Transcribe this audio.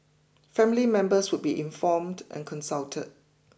family members would be informed and consulted